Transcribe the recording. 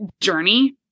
journey